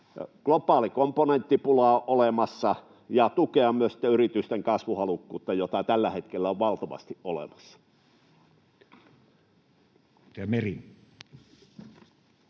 Globaali komponenttipula on olemassa, ja tulee tukea sitten myös yritysten kasvuhalukkuutta, jota tällä hetkellä on valtavasti olemassa.